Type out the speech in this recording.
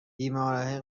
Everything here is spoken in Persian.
بیماریهای